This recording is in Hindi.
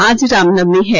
आज रामनवमी है